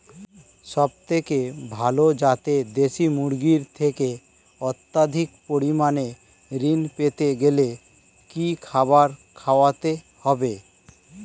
সবথেকে ভালো যাতে দেশি মুরগির থেকে অত্যাধিক পরিমাণে ঋণ পেতে গেলে কি খাবার খাওয়াতে হবে?